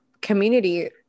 community